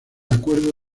acuerdo